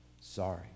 sorry